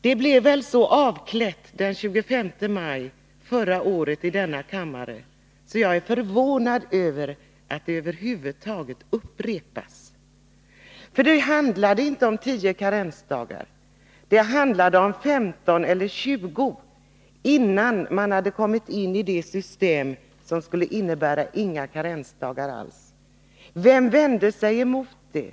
Det blev väl så avklätt den 25 maj förra året i denna kammare att jag är förvånad över att det över huvud taget upprepas. Det handlade inte om 10 karensdagar, det handlade om 15 eller 20, innan man hade kommit in i det system som skulle innebära inga karensdagar alls. Vilka vände sig emot detta?